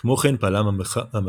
כמו כן פעלה המלכה